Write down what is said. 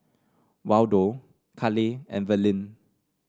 Waldo Cale and Verlyn